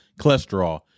cholesterol